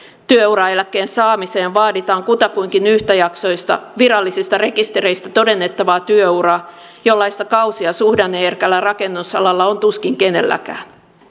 työuraeläkkeen saamiseen vaaditaan kutakuinkin yhtäjaksoista virallisista rekistereistä todennettavaa työuraa jollaista kausi ja suhdanneherkällä rakennusalalla on tuskin kenelläkään